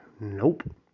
nope